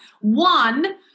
one